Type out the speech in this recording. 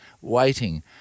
waiting